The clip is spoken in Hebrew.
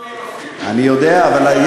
מודה לך.